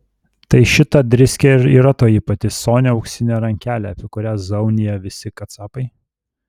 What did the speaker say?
tai šita driskė ir yra toji pati sonia auksinė rankelė apie kurią zaunija visi kacapai